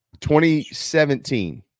2017